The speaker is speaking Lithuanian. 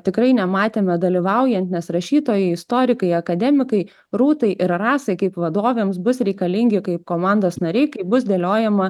tikrai nematėme dalyvaujan nes rašytojai istorikai akademikai rūtai ir rasai kaip vadovėms bus reikalingi kaip komandos nariai kai bus dėliojama